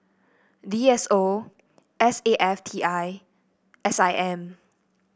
D S O S A F T I S I M